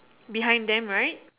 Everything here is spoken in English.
behind them right